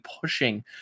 pushing